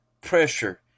pressure